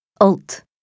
alt